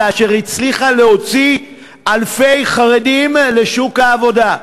שהצליחה להוציא אלפי חרדים לשוק העבודה.